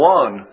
one